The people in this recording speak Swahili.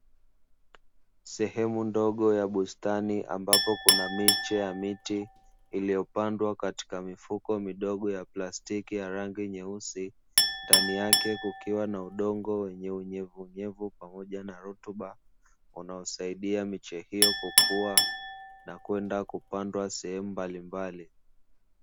Sehemu ndogo ya bustani, ambapo kuna miche ya miti iliyopandwa katika mifuko midogo ya plastiki ya rangi nyeusi, ndani yake kukiwa na udongo wenye unyevuunyevu pamoja na rutuba, unaosaidia miche hiyo kukua na kwenda kupandwa sehemu mbalimbali.